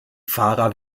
fahrer